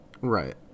Right